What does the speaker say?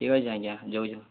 ଠିକ୍ ଅଛେ ଆଜ୍ଞା ଯାଉଛେଁ